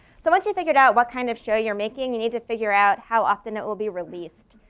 so once you figured out what kind of show you're making, you need to figure out how often it will be released.